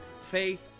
faith